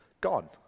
gone